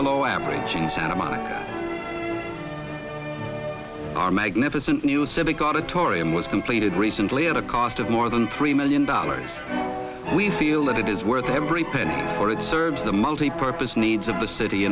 below average in santa monica our magnificent new civic auditorium was completed recently at a cost of more than three million dollars we feel that it is worth every penny or it serves the multi purpose needs of the city